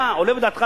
היה עולה בדעתך,